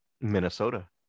minnesota